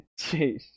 Jeez